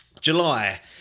July